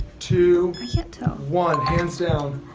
two. i can't tell. one, hands down.